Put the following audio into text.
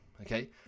okay